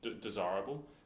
desirable